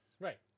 Right